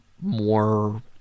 more